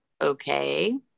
okay